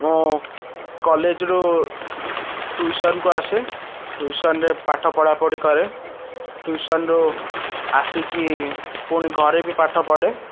ମୁଁ କଲେଜରୁ ଟୁଇସନ୍ କୁ ଆସେ ଟୁଇସନ୍ ରେ ପାଠ ପଢ଼ାପଢ଼ି କରେ ଟୁଇସନ୍ ରୁ ଆସିକି ପୁଣି ଘରେବି ପାଠ ପଢ଼େ